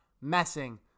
messing